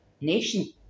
nation